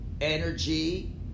energy